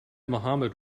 mohammad